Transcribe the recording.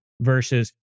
versus